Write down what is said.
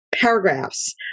paragraphs